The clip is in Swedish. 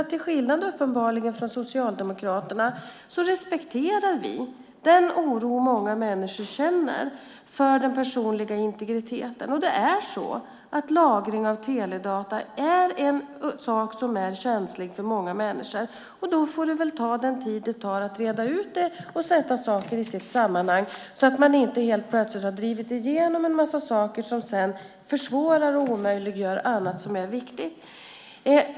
Till skillnad uppenbarligen från Socialdemokraterna respekterar vi den oro många människor känner för den personliga integriteten. Lagring av teledata är en sak som är känslig för många människor. Då får det väl ta den tid det tar att reda ut det och sätta saker i sitt sammanhang så att man inte helt plötsligt har drivit igenom en massa saker som sedan försvårar och omöjliggör annat som är viktigt.